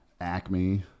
Acme